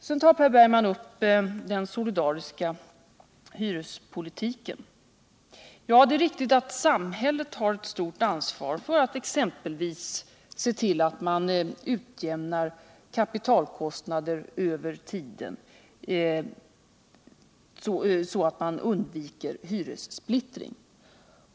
Per Bergman tar upp den solidariska hyrespolitiken. Det är riktigt att samhället har ett stort ansvar för att exempelvis kapitalkostnader utjämnas över tiden så att hyressplittring undviks.